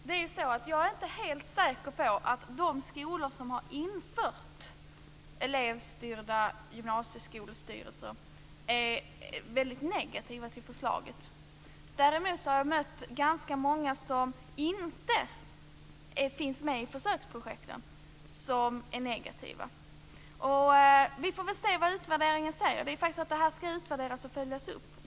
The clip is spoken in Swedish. Herr talman! Jag är inte helt säker på att eleverna i de gymnasieskolor som har infört elevstyrda styrelser är väldigt negativa till förslaget. Däremot har jag mött ganska många som inte finns med i försöksprojekten som är negativa. Vi får väl se vad utvärderingen visar. Detta ska ju faktiskt utvärderas och följas upp.